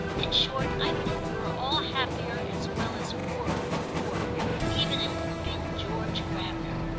in short i think we were all happier as well as poorer before even including george gravener,